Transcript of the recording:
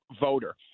voter